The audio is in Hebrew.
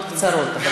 מאוד קצרות.